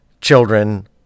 children